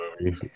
movie